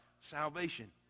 Salvation